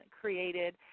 created